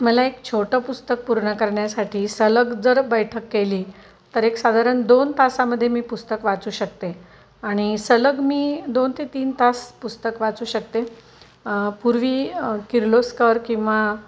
मला एक छोटं पुस्तक पूर्ण करण्यासाठी सलग जर बैठक केली तर एक साधारण दोन तासामध्ये मी पुस्तक वाचू शकते आणि सलग मी दोन ते तीन तास पुस्तक वाचू शकते पूर्वी किर्लोस्कर किंवा